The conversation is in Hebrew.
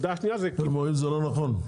הם אומרים שזה לא נכון.